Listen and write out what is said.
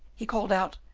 he called out,